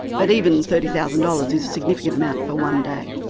but even thirty thousand dollars is a significant amount for one day.